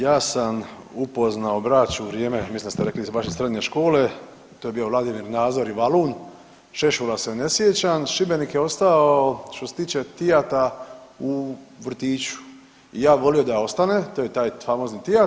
Ja sam upoznao Brač u vrijeme, mislim da ste rekli iz vaše srednje škole to je bio Vladimir Nazor i Valun, Šešula se ne sjećam, Šibenik je ostao, a što se tiče Tijata u vrtiću i ja bi volio da ostane to je taj famozni Tijat.